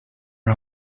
are